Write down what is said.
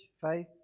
faith